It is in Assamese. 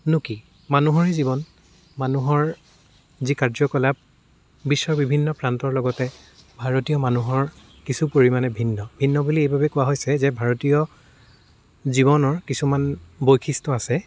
নো কি মানুহৰে জীৱন মানুহৰ যি কাৰ্যকলাপ বিশ্বৰ বিভিন্ন প্ৰান্তৰ লগতে ভাৰতীয় মানুহৰ কিছু পৰিমাণে ভিন্ন ভিন্ন বুলি এইবাবেই কোৱা হৈছে যে ভাৰতীয় জীৱনৰ কিছুমান বৈশিষ্ট্য আছে